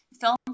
film